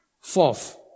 Fourth